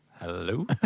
hello